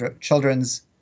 children's